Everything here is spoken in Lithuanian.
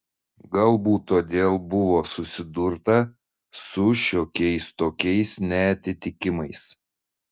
galbūt todėl buvo susidurta su šiokiais tokiais neatitikimais